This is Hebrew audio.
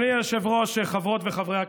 אדוני היושב-ראש, חברות וחברי הכנסת,